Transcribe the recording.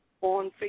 on